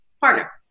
partner